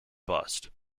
bust